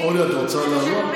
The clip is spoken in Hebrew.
אורלי, את רוצה לעלות?